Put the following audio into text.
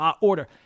order—